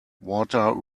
water